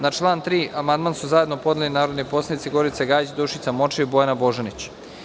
Na član 3. amandman su zajedno podnele narodni poslanici Gorica Gajić, Dušica Morčev i Bojana Božanić.